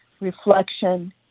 reflection